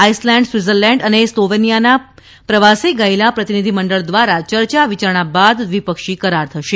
Iceland Switzerland અને સ્લોવનિયાના પ્રવાસે ગયેલા પ્રતનિધિમંડળ દ્વારા ચર્ચા વિચારણા બાદ દ્વિપક્ષી કરાર થશે